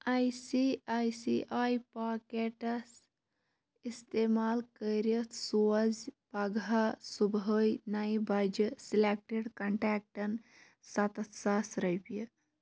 I C I C I packets اِستعمال کٔرِتھ سوز پگاہ صُبحٲے نَیہِ بجہِ سِلیکٹِڈ کنٹیکٹَن سَتتھ ساس رۄپیہِ